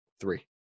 Three